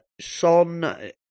Son